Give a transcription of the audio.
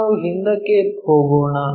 ನಾವು ಹಿಂದಕ್ಕೆ ಹೋಗೋಣ